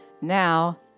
Now